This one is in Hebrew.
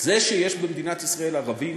זה שיש במדינת ישראל ערבים